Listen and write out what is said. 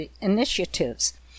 initiatives